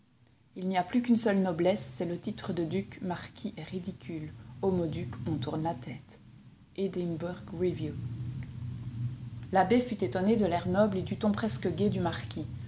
il n'y a plus qu'une seule noblesse c'est le titre de duc marquis est ridicule au mot duc on tourne la tête edinburgh review l'abbé fut étonné de l'air noble et du ton presque gai du marquis